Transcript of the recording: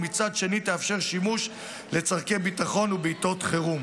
ומצד שני תאפשר שימוש לצורכי ביטחון ובעיתות חירום.